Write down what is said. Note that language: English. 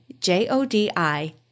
J-O-D-I